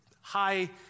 high